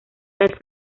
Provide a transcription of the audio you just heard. las